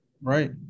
Right